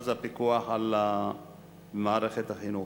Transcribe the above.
אז מתחיל הפיקוח על מערכת החינוך.